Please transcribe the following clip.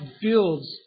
builds